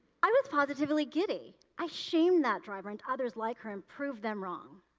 i was positively giddy. i shamed that driver and others like her and proved them wrong.